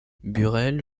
burrell